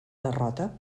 derrota